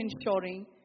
ensuring